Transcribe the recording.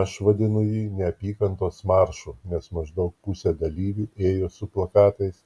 aš vadinu jį neapykantos maršu nes maždaug pusė dalyvių ėjo su plakatais